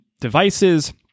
devices